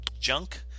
junk